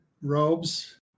robes